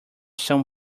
soon